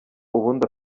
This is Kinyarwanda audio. ubundi